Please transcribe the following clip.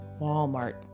Walmart